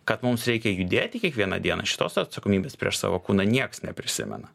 kad mums reikia judėti kiekvieną dieną šitos atsakomybės prieš savo kūną nieks neprisimena